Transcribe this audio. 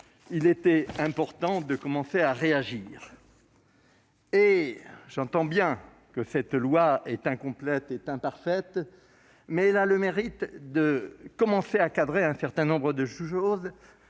il est important de commencer à agir. J'entends bien que cette proposition de loi est incomplète et imparfaite, mais elle a le mérite de commencer à cadrer un certain nombre de sujets